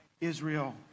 Israel